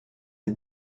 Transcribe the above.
des